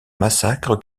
massacre